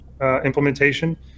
implementation